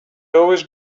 always